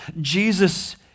Jesus